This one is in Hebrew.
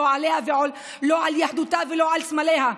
לא עליה ולא על יהדותה ולא על סמליה.